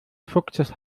fuchses